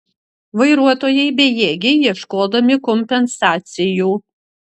vairuotojai bejėgiai ieškodami kompensacijų